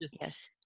yes